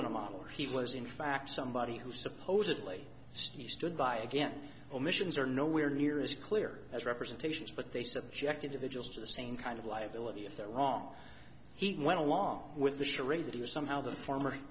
than a model or he was in fact somebody who supposedly stood by again omissions are nowhere near as clear as representations but they subjected to vigils to the same kind of liability if they're wrong he went along with the charade that he was somehow the former